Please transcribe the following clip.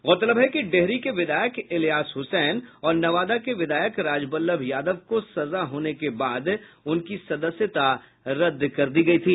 गौरतलब है कि डेहरी के विधायक इलियास हुसैन और नवादा के विधायक राजबल्लभ यादव को सजा होने के बाद उनकी सदस्यता रद्द कर दी गयी थी